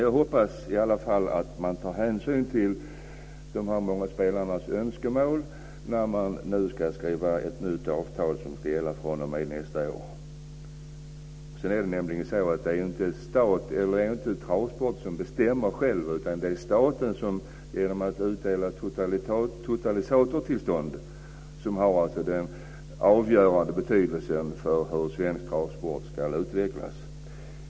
Jag hoppas att man tar hänsyn till de många spelarnas önskemål när man nu ska teckna ett nytt avtal, som ska gälla fr.o.m. nästa år. Det är nämligen inte så att travsporten själv bestämmer utan staten som genom att utdela totalisatortillstånd har den avgörande betydelsen för hur svensk travsport ska utvecklas.